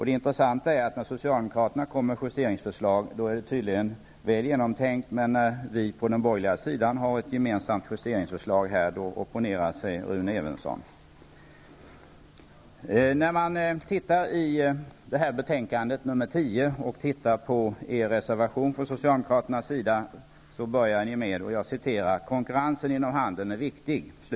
Det intressanta är att när socialdemokraterna kommer med justeringsförslag är de tydligen väl genomtänkta. Men när vi på den borgerliga sidan har ett gemensamt förslag till justering, då opponerar sig Rune Evensson. Socialdemokraternas reservation i bostadsutskottets betänkande nr 10 börjar så här: ''Konkurrensen inom handeln är viktig.''